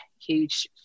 huge